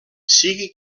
sigui